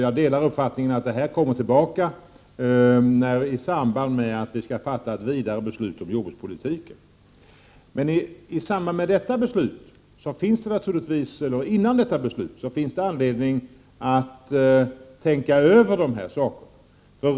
Jag delar uppfattningen att dessa frågor kommer tillbaka i samband med att vi skall fatta ett vidare beslut om jordbrukspolitiken. Innan detta beslut skall fattas finns det dock anledning att tänka över dessa frågor.